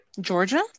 Georgia